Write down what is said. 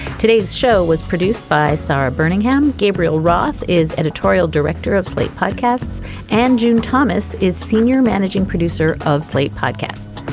today's show was produced by sara bermingham. gabriel roth is editorial director of slate podcasts and june thomas is senior managing producer of slate podcasts.